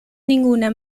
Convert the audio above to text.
ninguna